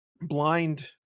blind